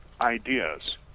ideas